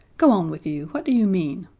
go on with you! what do you mean?